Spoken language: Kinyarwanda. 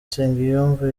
nsengiyumva